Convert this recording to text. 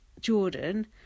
jordan